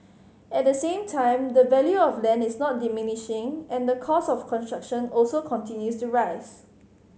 at the same time the value of land is not diminishing and the cost of construction also continues to rise